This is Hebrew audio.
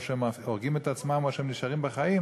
או שהם הורגים את עצמם או שהם נשארים בחיים,